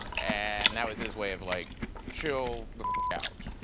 and that was his way of like chill the out.